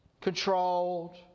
controlled